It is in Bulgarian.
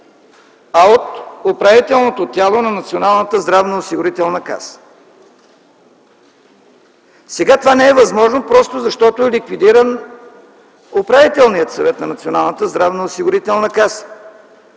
а от управителното тяло на Националната здравноосигурителна каса. Сега това не е възможно, просто защото е ликвидиран Управителният съвет на Националната здравноосигурителна каса,